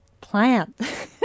Plant